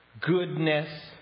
goodness